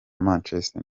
manchester